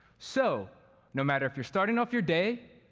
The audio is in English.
so no matter if you're starting off your day,